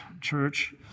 church